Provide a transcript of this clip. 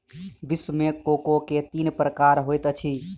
विश्व मे कोको के तीन प्रकार होइत अछि